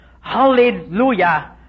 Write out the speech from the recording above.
Hallelujah